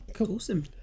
awesome